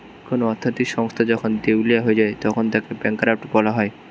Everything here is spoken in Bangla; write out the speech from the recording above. কোন অর্থনৈতিক সংস্থা যখন দেউলিয়া হয়ে যায় তখন তাকে ব্যাঙ্করাপ্ট বলা হয়